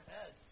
heads